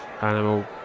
Animal